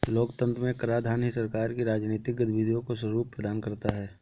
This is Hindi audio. लोकतंत्र में कराधान ही सरकार की राजनीतिक गतिविधियों को स्वरूप प्रदान करता है